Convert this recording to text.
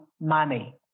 money